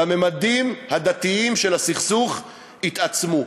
והממדים הדתיים של הסכסוך התעצמו.